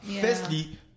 firstly